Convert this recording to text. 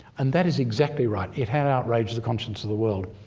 and that is exactly right. it had outraged the conscience of the world.